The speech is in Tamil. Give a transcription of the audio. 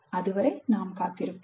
அதுவரை நாம் காத்திருப்போம்